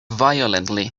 violently